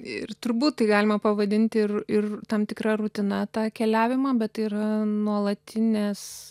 ir turbūt tai galima pavadinti ir ir tam tikra rutina tą keliavimą bet tai yra nuolatinės